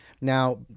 Now